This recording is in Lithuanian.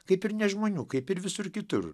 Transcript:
kaip ir nežmonių kaip ir visur kitur